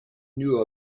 knew